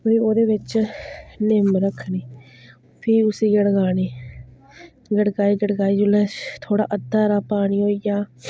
फ्ही ओह्दे बिच्च निम्म रक्खनी फ्ही उसी गड़कानी गड़काई गड़काई जेल्लै थोह्ड़ा अद्धा हारा पानी होई जा